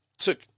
Took